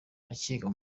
akiga